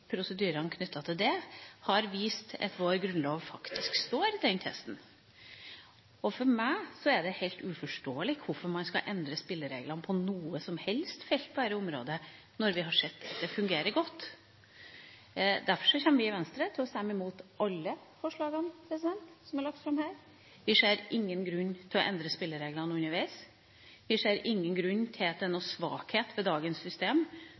prosedyrene knyttet til dem, har vist at vår grunnlov faktisk står i den testen. For meg er det helt uforståelig at man skal endre spillereglene på noe som helst felt på dette området, når vi har sett at det fungerer godt. Derfor kommer vi i Venstre til å stemme imot alle forslagene som er lagt fram her. Vi ser ingen grunn til å endre spillereglene underveis. Vi ser ikke at det er noen svakhet ved dagens system